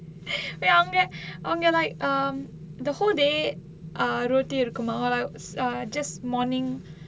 அவங்க அவங்க:avanga avanga like um the whole day ah roti இருக்குமா:irukkumaa just morning